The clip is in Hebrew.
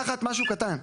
שנייה אחת, משהו קטן.